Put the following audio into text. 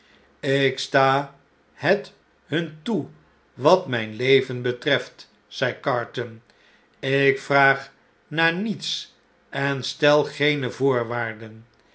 ik sta het iran toe wat mp leven betreft zei carton ik vraag naar niets en stel geene voorwaarden